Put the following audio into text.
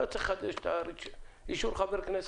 לא צריך לחדש את אישור חבר הכנסת.